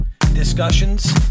discussions